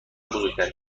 بزرگترین